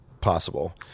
possible